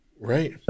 Right